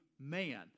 Man